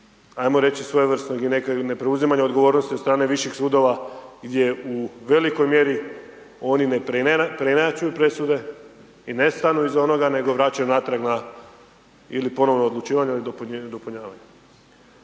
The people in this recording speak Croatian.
ajmo reći svojevrsnog i nepreuzimanja odgovornosti od strane viših sudova gdje u velikoj mjeri oni ne preinačuju presude i ne stanu iza onoga nego vračaju natrag na ili na ponovno odlučivanje ili dopunjavanje.